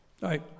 right